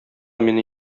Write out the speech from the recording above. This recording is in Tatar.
мине